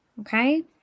Okay